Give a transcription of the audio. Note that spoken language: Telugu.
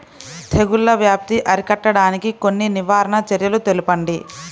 తెగుళ్ల వ్యాప్తి అరికట్టడానికి కొన్ని నివారణ చర్యలు తెలుపండి?